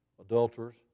Adulterers